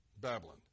Babylon